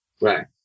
right